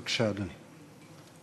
בבקשה, אדוני.